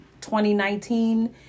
2019